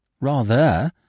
Rather